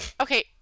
Okay